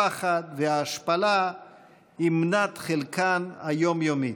הפחד וההשפלה הם מנת חלקן היום-יומית.